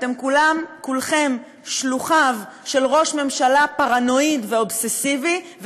אתם כולכם שלוחיו של ראש ממשלה פרנואיד ואובססיבי,